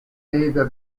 either